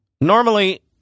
normally